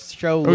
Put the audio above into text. show